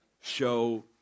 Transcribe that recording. show